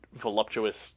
voluptuous